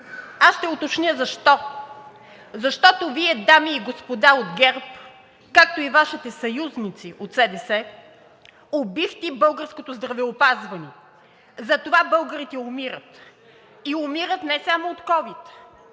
Аз ще уточня защо. Защото Вие, дами и господа от ГЕРБ, както и Вашите съюзници от СДС убихте българското здравеопазване. Затова българите умират. (Реплики от